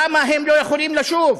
למה הם לא יכולים לשוב?